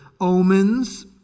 omens